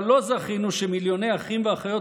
אבל לא זכינו שמיליוני אחים ואחיות